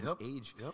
age